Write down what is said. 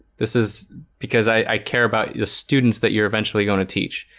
this is because i care about your students that you're eventually going to teach.